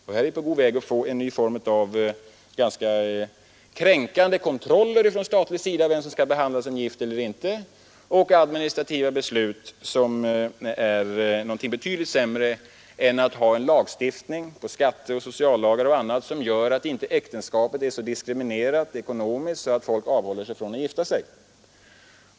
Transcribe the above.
Vi är på god väg att få en ny form av ganska kränkande statlig kontroll genom administrativa beslut över vilka som skall behandlas som gifta eller inte gifta, vilket är betydligt sämre än att ha en lagstiftning på skatteområdet, på det sociala området osv. som gör att äktenskapet inte ekonomiskt blir så diskriminerat att folk undviker att frivilligt gå in i det.